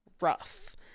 rough